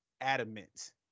adamant